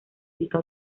ubica